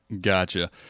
Gotcha